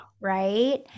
right